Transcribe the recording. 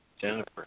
Jennifer